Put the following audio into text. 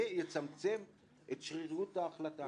זה יצמצם את שרירותיות ההחלטה.